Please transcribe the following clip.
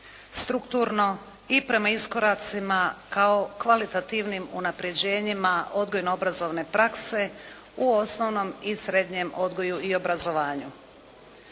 strukturno i prema iskoracima kao kvalitativnim unapređenjima odgojno-obrazovne prakse u osnovnom i srednjem odgoju i obrazovanju.